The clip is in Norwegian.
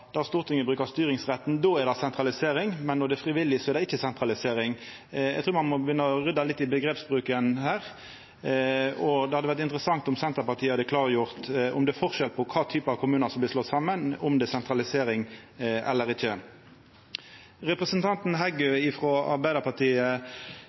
der Stortinget bruker styringsretten, er det sentralisering, men når det er frivillig, er det ikkje sentralisering? Eg trur ein må begynna å rydda litt i omgrepsbruken her, og det hadde vore interessant om Senterpartiet hadde klargjort om det er forskjell på kva typar kommunar som blir slått saman, om det er sentralisering eller ikkje. Representanten